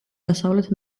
დასავლეთ